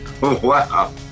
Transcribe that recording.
Wow